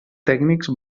tècnics